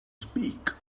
speak